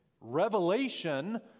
revelation